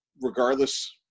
regardless